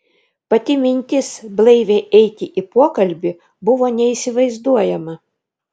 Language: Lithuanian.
pati mintis blaiviai eiti į pokalbį buvo neįsivaizduojama